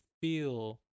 feel